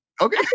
Okay